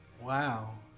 Wow